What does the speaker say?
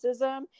racism